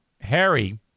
Harry